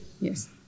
Yes